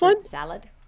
Salad